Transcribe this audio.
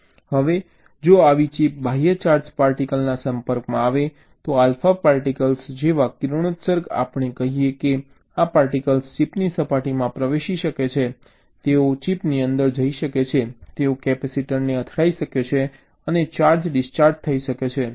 હવે જો આવી ચિપ બાહ્ય ચાર્જ પાર્ટિકલ્સના સંપર્કમાં આવે તો આલ્ફા પાર્ટિકલ્સ જેવા કિરણોત્સર્ગ આપણે કહીએ કે આ પાર્ટિકલ્સ ચિપની સપાટીમાં પ્રવેશી શકે છે તેઓ ચિપની અંદર જઈ શકે છે તેઓ કેપેસિટરને અથડાઈ શકે છે અને ચાર્જ ડિસ્ચાર્જ થઈ શકે છે